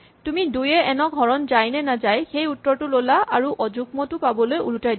তুমি ২ য়ে এন ক হৰণ যায় নে নাযায় সেই উত্তৰটো ল'লা আৰু অযুগ্মটো পাবলৈ ওলোটাই দিলা